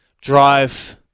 drive